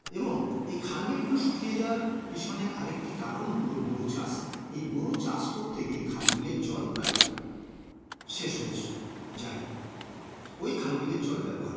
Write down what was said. এবং এই খালবিলগুলো শুকিয়ে যাওয়ার পিছনে আর একটি কারণ হল বোরো চাষ এই বোরো চাষ করতে গিয়ে খালবিলের জল প্রায় শেষ হয়ে যায় ওই খালবিলের জল ব্যবহার করে